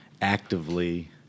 actively